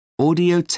Audio